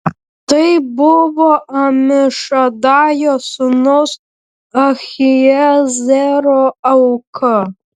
tai buvo amišadajo sūnaus ahiezero auka